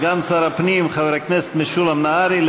סגן שר הפנים חבר הכנסת משולם נהרי,